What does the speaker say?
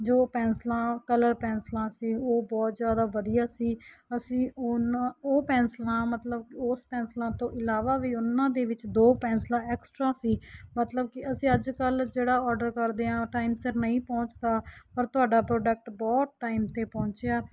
ਜੋ ਪੈਨਸਲਾਂ ਕਲਰ ਪੈਨਸਲਾਂ ਸੀ ਉਹ ਬਹੁਤ ਜ਼ਿਆਦਾ ਵਧੀਆ ਸੀ ਅਸੀਂ ਉਹਨਾਂ ਉਹ ਪੈਨਸਲਾਂ ਮਤਲਬ ਓਸ ਪੈਨਸਲਾਂ ਤੋਂ ਇਲਾਵਾ ਵੀ ਉਹਨਾਂ ਦੇ ਵਿੱਚ ਦੋ ਪੈਨਸਲਾਂ ਐਕਸਟਰਾ ਸੀ ਮਤਲਬ ਕਿ ਅਸੀਂ ਅੱਜ ਕੱਲ੍ਹ ਜਿਹੜਾ ਆਰਡਰ ਕਰਦੇ ਹਾਂ ਟਾਈਮ ਸਿਰ ਨਹੀਂ ਪਹੁੰਚਦਾ ਪਰ ਤੁਹਾਡਾ ਤੁਹਾਡਾ ਬਹੁਤ ਟਾਈਮ 'ਤੇ ਪਹੁੰਚਿਆ